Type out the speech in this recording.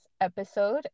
episode